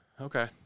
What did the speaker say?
Okay